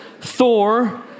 Thor